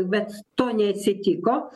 bet to neatsitiko